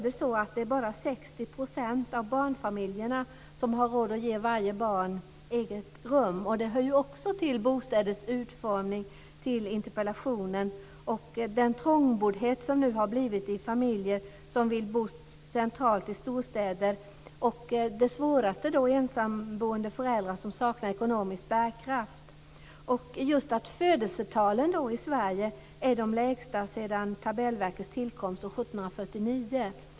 Det är bara 60 % av barnfamiljerna som har råd att ge varje barn ett eget rum. Det hör ju också till detta med bostädernas utformning, till interpellationen, alltså den trångboddhet som nu har uppstått bland familjer som vill bo centralt i storstäderna. Svårast är det för ensamboende föräldrar som saknar ekonomisk bärkraft. Födelsetalen i Sverige är de lägsta sedan Tabellverkets tillkomst år 1749.